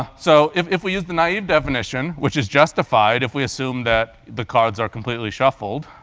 ah so if if we use the naive definition, which is justified if we assume that the cards are completely shuffled,